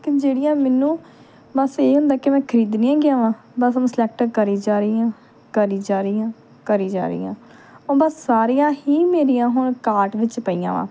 ਕਿ ਜਿਹੜੀਆਂ ਮੈਨੂੰ ਬਸ ਇਹ ਹੁੰਦਾ ਕਿ ਮੈਂ ਖਰੀਦਣੀਆਂ ਹੈਗੀਆਂ ਵਾਂ ਬਸ ਸਲੈਕਟ ਕਰੀ ਜਾ ਰਹੀ ਹਾਂ ਕਰੀ ਜਾ ਰਹੀ ਹਾਂ ਕਰੀ ਜਾ ਰਹੀ ਹਾਂ ਓ ਬਸ ਸਾਰੀਆਂ ਹੀ ਮੇਰੀਆਂ ਹੁਣ ਕਾਟ ਵਿੱਚ ਪਈਆਂ ਵਾ